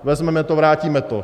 Vezmeme to, vrátíme to.